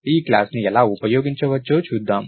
ఈ క్లాస్ ని ఎలా ఉపయోగించవచ్చో చూద్దాం